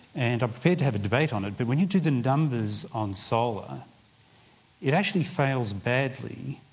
and i'm prepared to have a debate on it, but when you do the numbers on solar it actually fails badly.